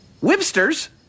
Webster's